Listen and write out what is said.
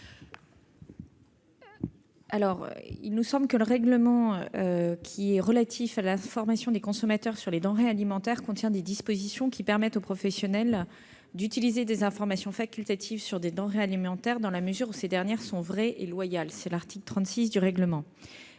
l'avis du Gouvernement ? Le règlement relatif à l'information des consommateurs sur les denrées alimentaires contient des dispositions qui permettent aux professionnels d'utiliser des informations facultatives sur les denrées alimentaires, dans la mesure où ces informations sont vraies et loyales- c'est l'article 36 de ce règlement.